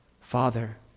Father